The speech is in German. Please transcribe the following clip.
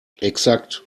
exakt